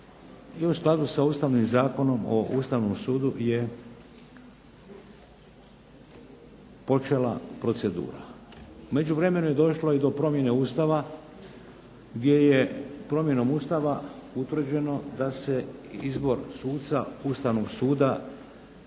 i u skladu sa Ustavnim zakonom o Ustavnom sudu je počela procedura. U međuvremenu je došlo i do promjene Ustava, gdje je promjenom Ustava utvrđeno da se izbor suca Ustavnog suda